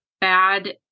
bad